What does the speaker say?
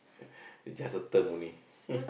it's just a term only